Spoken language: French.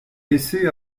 laissée